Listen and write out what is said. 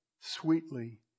sweetly